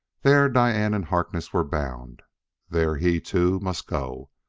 there diane and harkness were bound there he, too, must go,